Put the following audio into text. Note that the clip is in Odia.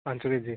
ପାଞ୍ଚ କେ ଜି